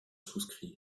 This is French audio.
souscrit